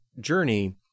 journey